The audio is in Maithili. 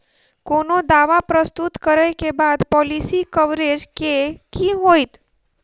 कोनो दावा प्रस्तुत करै केँ बाद पॉलिसी कवरेज केँ की होइत?